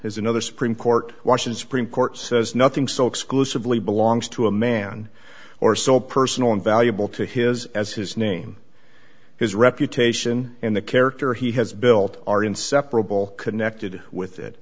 is another supreme court washes supreme court says nothing so exclusively belongs to a man or so personal and valuable to his as his name his reputation and the character he has built are inseparable connected with it